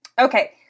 Okay